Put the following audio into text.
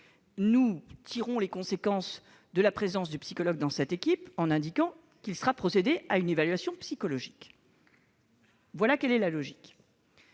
Nous tirons les conséquences de la présence du psychologue dans cette équipe en indiquant qu'il sera procédé à une évaluation psychologique. Voilà quelle est la logique.